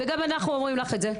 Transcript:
וגם אנחנו אומרים לך את זה.